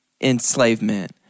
enslavement